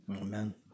Amen